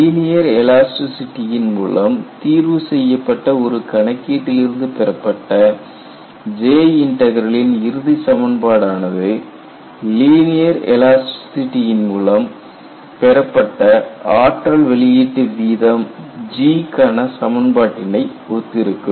linear எலாஸ்டிசிடியின் மூலம் தீர்வு செய்யப்பட்ட ஒரு கணக்கீட்டில் இருந்து பெறப்பட்ட J இன்டக்ரல்லின் இறுதிச் சமன்பாடு ஆனது லீனியர் எலாஸ்டிசிடியின் மூலம் பெறப்பட்ட ஆற்றல் வெளியீட்டு வீதம் வீதம் G க்கான சமன்பாட்டினை ஒத்து இருக்கும்